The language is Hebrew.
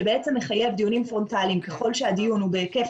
שבעצם מחייב דיונים פרונטליים ככל שהדיון הוא בהיקף